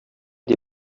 die